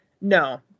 no